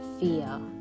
fear